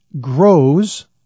grows